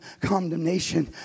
condemnation